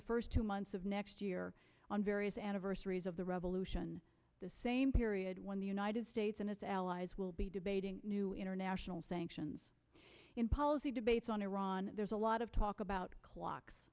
the first two months of next year on various anniversaries of the revolution the same period when the united states and its allies will be debating new international sanctions in policy debates on iran there's a lot of talk about clocks